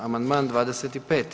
Amandman 25.